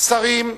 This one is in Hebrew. שרים,